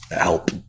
help